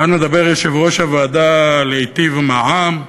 כאן מדבר יושב-ראש הוועדה, להיטיב עם העם,